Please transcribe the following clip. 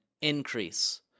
increase